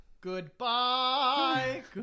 goodbye